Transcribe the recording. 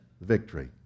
victory